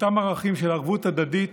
אותם ערכים של ערבות הדדית